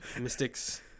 Mystics